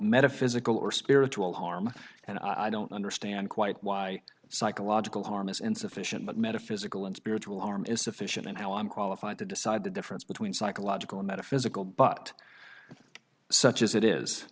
metaphysical or spiritual harm and i don't understand quite why psychological harm is insufficient but metaphysical and spiritual arm is sufficient and i'm qualified to decide the difference between psychological metaphysical but such as it is